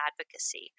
advocacy